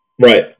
Right